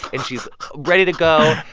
and she's ready to go.